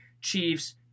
Chiefs